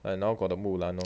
and now got the mulan lor